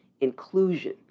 inclusion